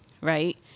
right